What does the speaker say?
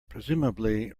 presumably